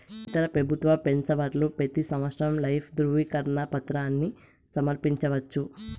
ఇతర పెబుత్వ పెన్సవర్లు పెతీ సంవత్సరం లైఫ్ దృవీకరన పత్రాని సమర్పించవచ్చు